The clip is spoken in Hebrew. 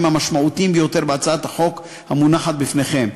המשמעותיים ביותר בהצעת החוק המונחת בפניכם,